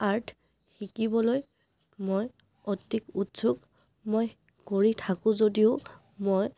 art শিকিবলৈ মই অতি উৎসুক মই কৰি থাকোঁ যদিও মই